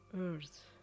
earth